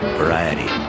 variety